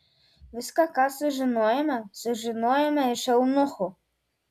viską ką sužinojome sužinojome iš eunuchų